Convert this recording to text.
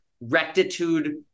rectitude